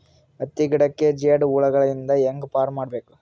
ಹತ್ತಿ ಗಿಡಕ್ಕೆ ಜೇಡ ಹುಳಗಳು ಇಂದ ಹ್ಯಾಂಗ್ ಪಾರ್ ಮಾಡಬೇಕು?